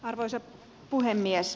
arvoisa puhemies